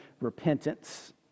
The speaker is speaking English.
repentance